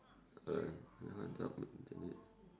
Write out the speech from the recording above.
uh